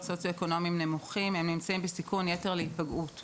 סוציו-אקונומיים נמוכים נמצאים בסיכון יתר להיפגעות,